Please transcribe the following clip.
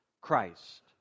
Christ